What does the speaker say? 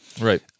Right